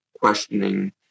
questioning